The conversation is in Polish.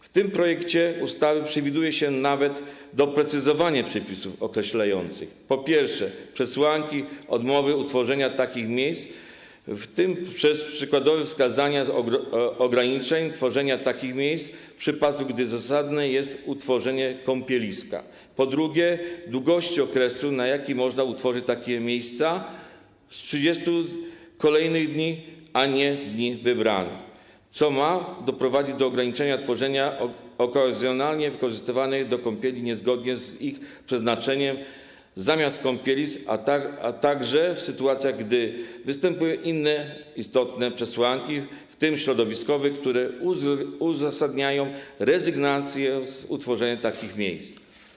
W tym projekcie ustawy przewiduje się nawet doprecyzowanie przepisów określających, po pierwsze, przesłanki odmowy utworzenia takich miejsc, w tym przez przykładowe wskazania ograniczeń tworzenia takich miejsc, w przypadku gdy zasadne jest utworzenie kąpieliska; po drugie, długości okresu, na jaki można utworzyć takie miejsca - 30 kolejnych dni a nie dni wybranych - co ma doprowadzić do ograniczenia tworzenia miejsc okazjonalnie wykorzystywanych do kąpieli niezgodnie z ich przeznaczeniem zamiast kąpielisk, a także w sytuacjach, gdy wystąpią inne istotne przesłanki, w tym środowiskowe, które uzasadniają rezygnację z utworzenia takich miejsc.